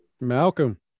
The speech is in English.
Malcolm